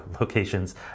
locations